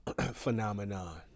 phenomenon